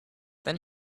then